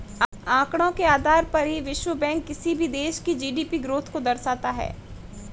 आंकड़ों के आधार पर ही विश्व बैंक किसी भी देश की जी.डी.पी ग्रोथ को दर्शाता है